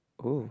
oh